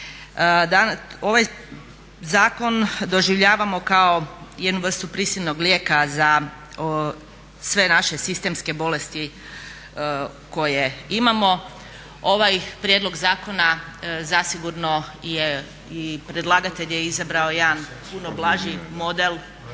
Ovaj zakon doživljavamo kao jednu vrstu prisilnog lijeka za sve naše sistemske bolesti koje imamo. Ovaj prijedlog zakona zasigurno je i predlagatelj je izabrao jedan puno blaži model,